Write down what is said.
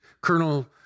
Colonel